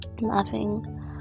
laughing